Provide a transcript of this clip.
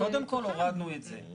קודם כל, הורדנו את זה.